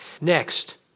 next